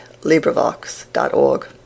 LibriVox.org